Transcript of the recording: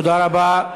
תודה רבה.